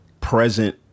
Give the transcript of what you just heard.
present